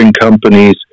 companies